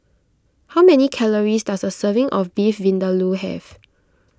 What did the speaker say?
how many calories does a serving of Beef Vindaloo have